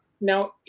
Now